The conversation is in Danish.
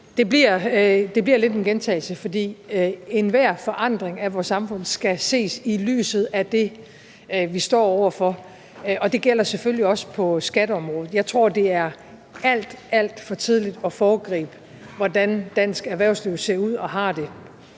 Det bliver lidt en gentagelse, for enhver forandring af vores samfund skal ses i lyset af det, vi står over for, og det gælder selvfølgelig også på skatteområdet. Jeg tror, det er alt, alt for tidligt at foregribe, hvordan dansk erhvervsliv ser ud og har det